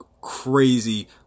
crazy